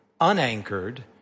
unanchored